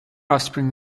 offspring